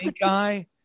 guy